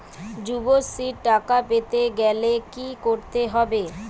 যুবশ্রীর টাকা পেতে গেলে কি করতে হবে?